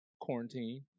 quarantine